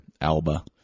ALBA